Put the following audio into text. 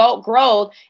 growth